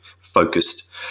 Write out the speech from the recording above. focused